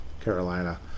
Carolina